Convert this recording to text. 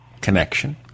connection